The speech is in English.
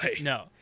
No